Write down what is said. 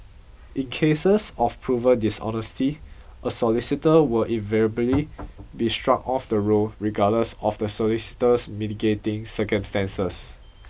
in cases of proven dishonesty a solicitor will invariably be struck off the roll regardless of the solicitor's mitigating circumstances